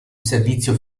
servizio